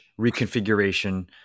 reconfiguration